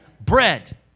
Bread